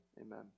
amen